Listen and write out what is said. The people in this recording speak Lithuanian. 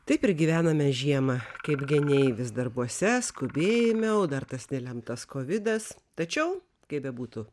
taip ir gyvename žiemą kaip geniai vis darbuose skubėjime o dar tas nelemtas kovidas tačiau kaip bebūtų